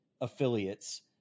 affiliates